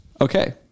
okay